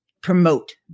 promote